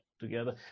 together